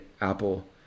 Apple